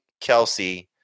Kelsey